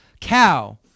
cow